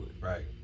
right